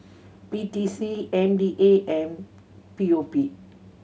P T C M D A and P O P